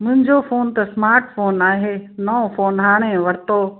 मुंहिंजो फ़ोन त smart phone आहे नओं फ़ोन हाणे वरितो